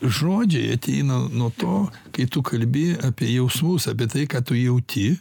žodžiai ateina nuo to kai tu kalbi apie jausmus apie tai ką tu jauti